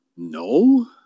No